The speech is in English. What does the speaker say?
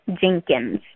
jenkins